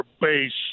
base